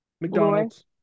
McDonald's